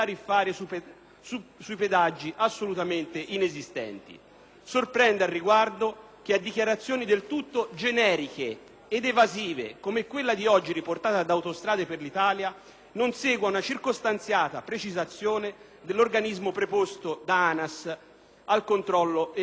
sui pedaggi assolutamente inesistenti. Sorprende, al riguardo, che a dichiarazioni del tutto generiche ed evasive come quella di oggi riportata da Autostrade per l’Italia spa non segua una circostanziata precisazione dell’organismo preposto da ANAS al controllo e alla vigilanza,